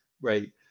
right